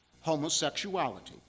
homosexuality